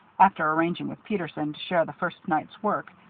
after arranging with peterson to share the first night's work,